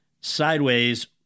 Sideways